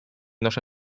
noszę